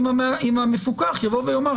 אם המפוקח יגיד: